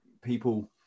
people